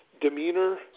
demeanor